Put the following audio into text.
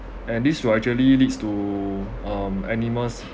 and this will actually leads to um animals